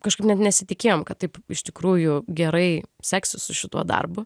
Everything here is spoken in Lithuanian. kažkaip net nesitikėjom kad taip iš tikrųjų gerai seksis su šituo darbu